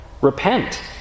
Repent